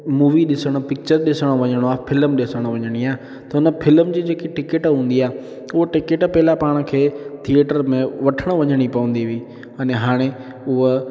movie ॾिसण picture ॾिसणु किथे वञिणो आहे फ्लिम ॾिसणु वञिणी आहे त उन फ्लिम जी जेकी टिकिट हूंदी आहे उहा टिकिट पहिरीं पाण खे थिएटर में वठणु वञणी पवंदी हुई अने हाणे हूअ